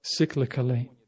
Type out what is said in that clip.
cyclically